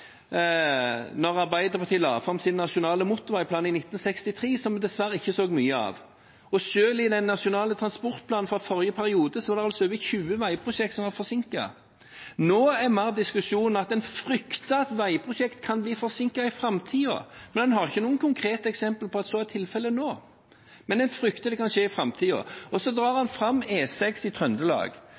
Arbeiderpartiet la fram sin nasjonale motorveiplan i 1963. Den så vi dessverre ikke så mye av. Selv i den nasjonale transportplanen fra forrige periode var det altså over 20 veiprosjekter som var forsinket. Nå er diskusjonen mer at en frykter at veiprosjekter kan bli forsinket i framtiden. Man har ikke noen konkrete eksempler på at så er tilfellet nå, men man frykter at det kan skje i framtiden. Så drar man fram E6 i